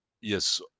Yes